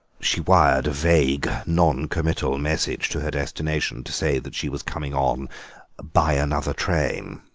she wired a vague non-committal message to her destination to say that she was coming on by another train.